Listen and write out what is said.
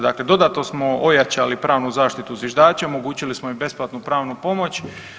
Dakle, dodatno smo ojačali pravnu zaštitu zviždačima, omogućili smo im besplatnu pravnu pomoć.